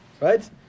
Right